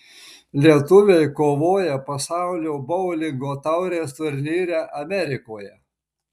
lietuviai kovoja pasaulio boulingo taurės turnyre amerikoje